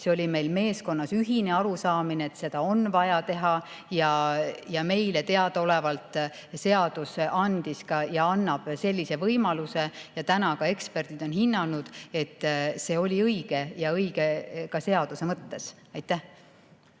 see oli meil meeskonnas ühine arusaamine, et seda on vaja teha. Meile teadaolevalt seadus andis ja annab sellise võimaluse ja täna ka eksperdid on hinnanud, et see oli õige, ja õige ka seaduse mõttes. Aitäh!